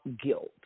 guilt